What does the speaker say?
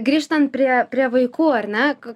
grįžtant prie prie vaikų ar ne